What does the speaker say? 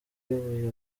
uyoboye